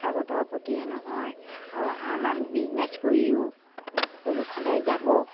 শিক্ষাগতৰ প্ৰতিয়ে নহয় আৰু আন আন বিজনেছ কৰিও সকলো ফালে যাব